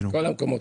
המקומות.